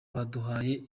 baduhaye